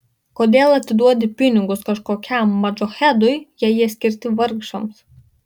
kodėl atiduodi pinigus kažkokiam modžahedui jei jie skirti vargšams